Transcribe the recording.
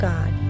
God